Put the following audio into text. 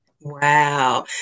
Wow